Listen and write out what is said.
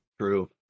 True